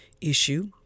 issue